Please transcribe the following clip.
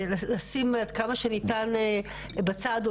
לשים עד כמה שניתן בצד,